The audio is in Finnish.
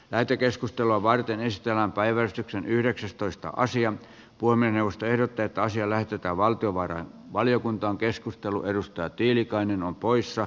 lähetekeskustelua varten niistä on päivystyksen yhdeksästoista asian puiminen neuvosto ehdotti että asia lähetetään valtiovarainvaliokuntaankeskustelu edustaa tiilikainen on poissa